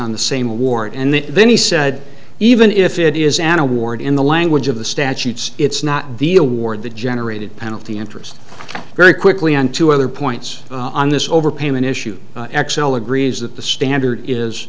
on the same award and then he said even if it is an award in the language of the statutes it's not the award the generated penalty interest very quickly on two other points on this overpayment issue xcel agrees that the standard is